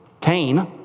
Cain